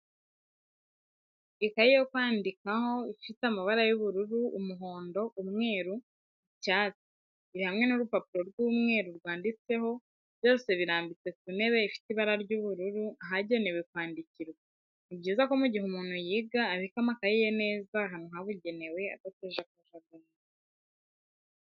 Ikaye yo kwandikano ifite amabara y'ubururu, umuhondo, umweru, icyatsi. Iri hamwe n'urupapuro rw'umweru rwanditseho, byose birambitse ku ntebe ifite ibara ry'ubururu ahagenewe kwandikirwa. Ni byiza ko mu gihe umuntu yiga abika amakayi ye neza ahantu habugenewe adateje akajagari.